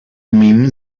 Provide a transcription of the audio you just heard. are